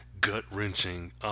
gut-wrenching